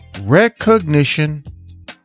recognition